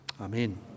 amen